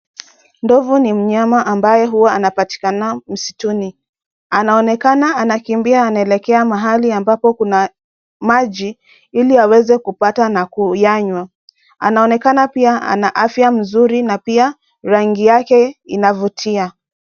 Ndovu ni mnyama ambaye huwa anapatikana msituni. Anaonekana anakimbia anaelekea mahali ambapo kuna maji ili aweze kupata na kuyanywa. Anaonekana pia ana afya mzuri na pia rangi yake inavutia.